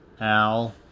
Al